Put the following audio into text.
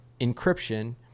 encryption